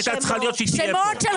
היא הייתה צריכה לדאוג שהיא תהיה פה.